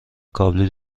کابلی